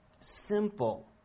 Simple